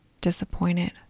disappointed